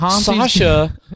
Sasha